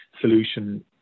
solution